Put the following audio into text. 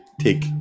take